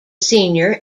senior